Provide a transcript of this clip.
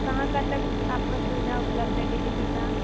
कहाँ कहाँ तक आपका सुविधा उपलब्ध है डिलिवरी का